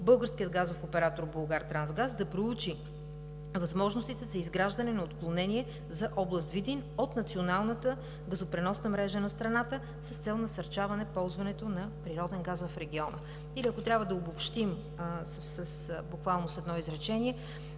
българският газов оператор Булгартрансгаз да проучи възможностите за изграждане на отклонение за област Видин от националната газопреносна мрежа на страната с цел насърчаване ползването на природен газ в региона. Или ако трябва да обобщим буквално с едно изречение,